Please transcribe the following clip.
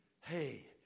Hey